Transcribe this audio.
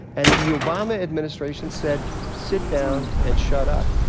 and the obama administration said, sit down and shut up.